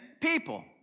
people